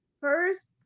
first